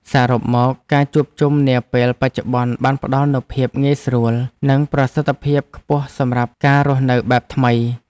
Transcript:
សរុបមក ការជួបជុំនាពេលបច្ចុប្បន្នបានផ្ដល់នូវភាពងាយស្រួល និងប្រសិទ្ធភាពខ្ពស់សម្រាប់ការរស់នៅបែបថ្មី។